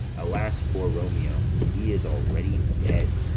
alas, poor romeo, he is already dead!